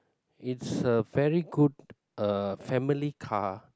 it's a very good uh family car